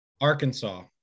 Arkansas